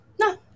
No